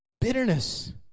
Bitterness